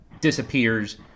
disappears